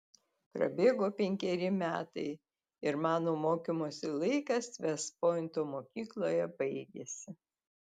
prabėgo penkeri metai ir mano mokymosi laikas vest pointo mokykloje baigėsi